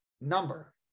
number